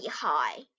high